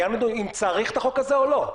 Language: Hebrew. קיימנו דיון אם צריך את החוק הזה או לא.